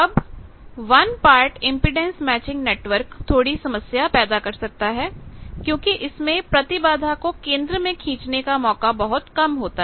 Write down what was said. अब one port impedance matching network थोड़ी समस्या पैदा कर सकता है क्योंकि इसमें प्रतिबाधा को केंद्र में खींचने का मौका बहुत कम होता है